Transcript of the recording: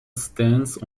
stance